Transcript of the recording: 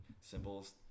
symbols